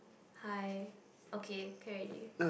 hi okay can already